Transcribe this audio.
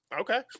Okay